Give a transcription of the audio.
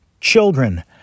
Children